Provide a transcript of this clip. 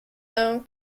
own